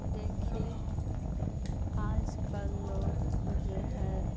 देखिए आजकल लोग जो है